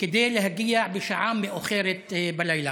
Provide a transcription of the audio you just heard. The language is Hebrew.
כדי להגיע בשעה מאוחרת בלילה.